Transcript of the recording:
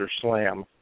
slam